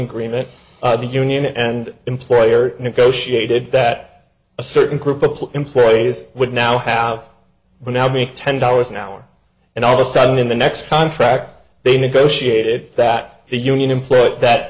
agreement the union and employer negotiated that a certain group of employees would now have will now make ten dollars an hour and all the sudden in the next contract they negotiated that the union employee that